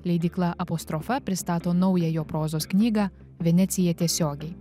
leidykla apostrofa pristato naują jo prozos knygą venecija tiesiogiai